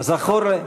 זכור לי,